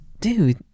dude